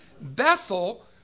Bethel